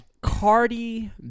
Cardi